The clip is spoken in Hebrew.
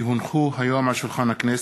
כי הונחו היום על שולחן הכנסת,